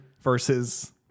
versus